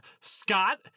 Scott